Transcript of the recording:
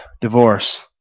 Divorce